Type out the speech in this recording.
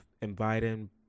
inviting